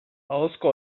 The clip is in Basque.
ahozko